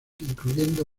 incluyendo